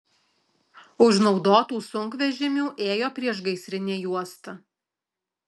už naudotų sunkvežimių ėjo priešgaisrinė juosta